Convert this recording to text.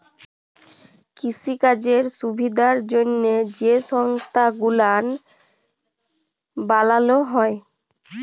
কিসিকাজের সুবিধার জ্যনহে যে সংস্থা গুলান বালালো হ্যয়